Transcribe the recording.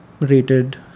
rated